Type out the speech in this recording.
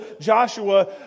Joshua